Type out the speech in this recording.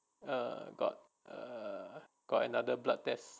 err got a got another blood test